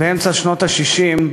באמצע שנות ה-60,